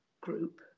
group